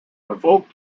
verfolgt